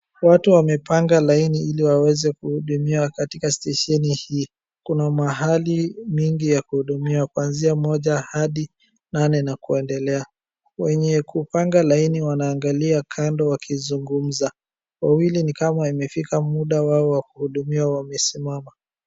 Watu wamepanga laini ili waweze kuhudumiwa katika stesheni hii. Kuna mahali mingi ya kuhudumiwa kwanzia moja hadi nane na kuendelea. Wenye kupanga laini wanaangalia kando wakizungumza. Wawili nikama umefika muda wao wa kuhudumia wamesimama.